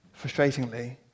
frustratingly